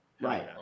Right